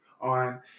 on